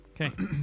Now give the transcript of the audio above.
Okay